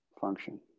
function